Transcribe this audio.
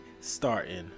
starting